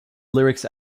lyrics